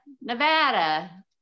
Nevada